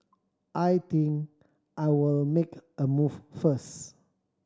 I think I'll make a move first